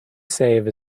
saved